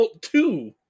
two